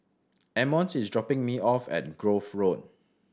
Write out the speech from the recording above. emmons is dropping me off at Grove Road